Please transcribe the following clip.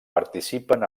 participen